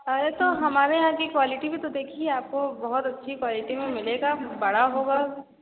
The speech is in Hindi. अरे तो हमारे यहाँ की क्वालिटी भी तो देखिए आपको बहुत अच्छी क्वालिटी में मिलेगा बड़ा होगा